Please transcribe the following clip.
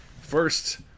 First